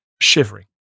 shivering